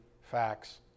facts